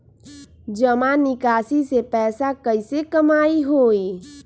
जमा निकासी से पैसा कईसे कमाई होई?